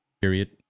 period